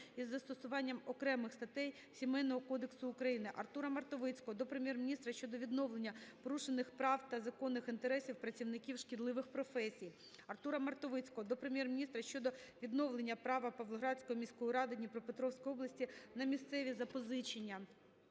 із застосуванням окремих статей Сімейного Кодексу України. Артура Мартовицького до Прем'єр-міністра щодо відновлення порушених прав та законних інтересів працівників шкідливих професій. Артура Мартовицького до Прем'єр-міністра щодо відновлення права Павлоградської міської ради Дніпропетровської області на місцеві запозичення.